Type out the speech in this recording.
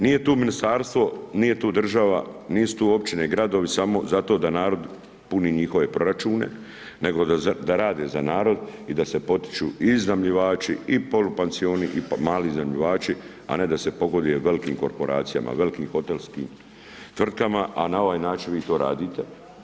Nije tu ministarstvo, nije tu država, nisu tu općine i gradovi, samo zato da narod puni njihove proračune nego da rade za narod i da se potiču i iznajmljivači i polupansioni i mali iznajmljivači, a ne da se pogoduje velikim korporacijama, velikim hotelskim tvrtkama, a na ovaj način vi to radite.